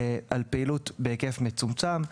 על פעילות בהיקף מצומצם.